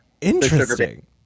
Interesting